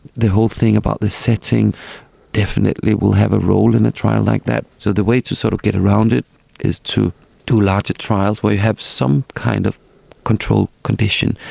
the whole thing about the setting definitely will have a role in a trial like that. so the way to sort of get around it is to do larger trials where you have some kind of controlled condition,